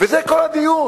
וזה כל הדיון.